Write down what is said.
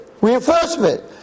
reinforcement